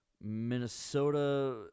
Minnesota